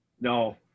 No